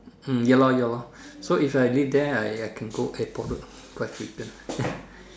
hmm ya lor ya lor so if I leave there I I can go airport road quite frequent